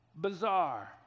Bizarre